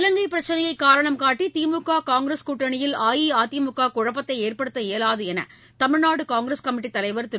இலங்கை பிரச்சினையை காரணம் காட்டி திமுக காங்கிரஸ் கூட்டணியில் அஇஅதிமுக குழப்பத்தை ஏற்படுத்த இயலாது என்று தமிழ்நாடு காங்கிரஸ் கமிட்டி தலைவர் திரு